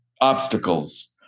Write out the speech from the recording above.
obstacles